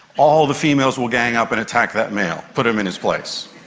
all the females will gang up and attack that male, put him in his place.